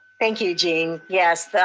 thank you, gene. yes,